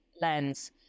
lens